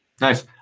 Nice